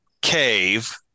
cave